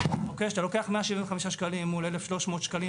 כשאתה לוקח 175 שקלים מול 1,300 שקלים,